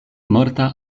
morta